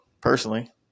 Personally